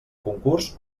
concurs